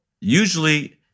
usually